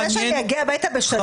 אתה רוצה שאני אגיע הביתה בשלום?